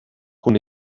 con